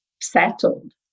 settled